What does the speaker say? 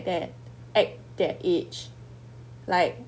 that act their age like